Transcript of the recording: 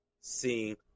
seeing